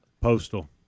postal